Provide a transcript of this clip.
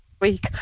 week